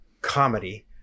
comedy